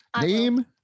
Name